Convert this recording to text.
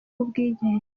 w’ubwigenge